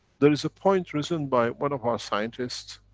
there is a point risen by one of our scientists